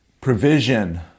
Provision